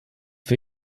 für